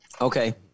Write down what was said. Okay